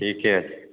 ठीके छै